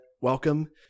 welcome